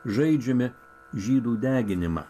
žaidžiame žydų deginimą